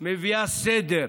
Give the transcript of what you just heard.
מביאה סדר,